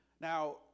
Now